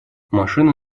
машина